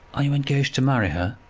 are you engaged to marry her?